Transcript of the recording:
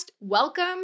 welcome